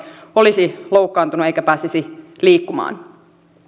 olisi loukkaantunut eikä pääsisi liikkumaan